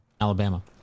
Alabama